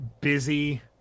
busy